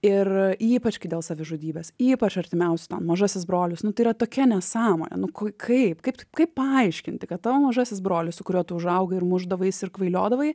ir ypač kai dėl savižudybės ypač artimiausių ten mažasis brolis nu tai yra tokia nesąmonė nu ku kai kaip kaip t paaiškinti kad tavo mažasis brolis su kuriuo tu užaugai ir mušdavais ir kvailiodavau